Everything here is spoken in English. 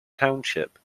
township